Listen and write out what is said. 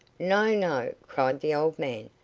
no, no! cried the old man.